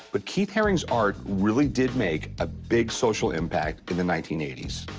but keith haring's art really did make a big social impact in the nineteen eighty s.